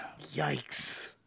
Yikes